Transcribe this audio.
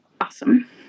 awesome